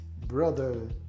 Brother